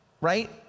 right